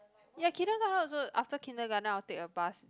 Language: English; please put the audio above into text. ya kindergarten also after kindergarten I'll take a bus